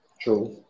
True